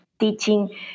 teaching